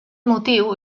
motiu